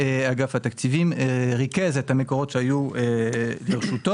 שאגף התקציבים ריכז את המקורות שהיו לרשותו,